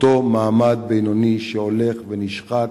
אותו מעמד בינוני שהולך ונשחק.